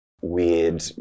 weird